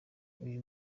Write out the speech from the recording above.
uyu